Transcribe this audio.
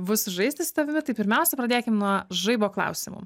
bus sužaisti su tavimi tai pirmiausia pradėkim nuo žaibo klausimų